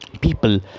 people